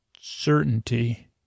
certainty